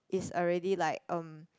is already like um